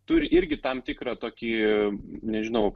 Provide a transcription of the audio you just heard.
turi irgi tam tikrą tokį nežinau